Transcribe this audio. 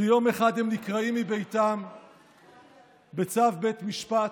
שיום אחד הם נקרעים מביתם בצו בית משפט,